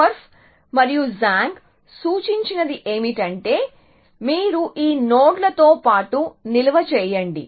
ఇప్పుడు కోర్ఫ్ మరియు జాంగ్ సూచించినది ఏమిటంటే మీరు ఈ నోడ్లతో పాటు నిల్వ చేయండి